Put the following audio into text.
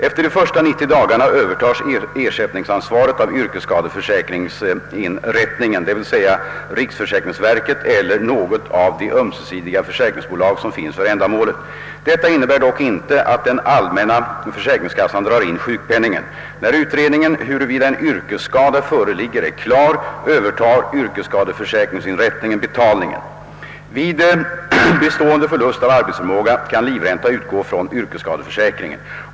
Efter de första 90 dagarna övertas ersättningsansvaret av yrkesskadeförsäkringsinrättningen, d.v.s. riksförsäkringsverket eller något av de ömsesidiga försäkringsbolag som finns för ändamålet. Detta innebär dock inte att den allmänna försäkringskassan drar in sjukpenningen. När utredningen huruvida en yrkesskada föreligger är klar, övertar yrkesskadeförsäkringsinrättningen betalningen. Vid bestående förlust av arbetsförmågan kan livränta utgå från yrkesskadeförsäkringen.